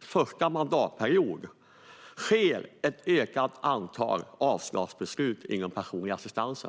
första mandatperiod, fattas ett ökat antal avslagsbeslut inom personlig assistans.